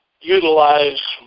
utilize